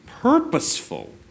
purposeful